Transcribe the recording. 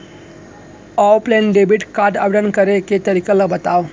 Offline debit card आवेदन करे के तरीका ल बतावव?